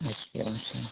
अच्छा अच्छा